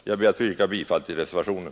Jag ber att få yrka bifall till reservationen.